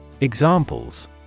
Examples